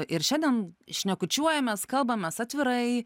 ir šiandien šnekučiuojamės kalbamės atvirai